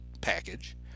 package